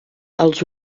els